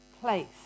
place